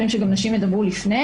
ויש פעמים שגם נשים ידברו לפני